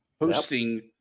hosting